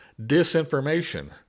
disinformation